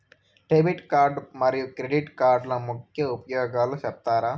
Debit card మరియు credit కార్డుల ముఖ్య ఉపయోగాలు సెప్తారా?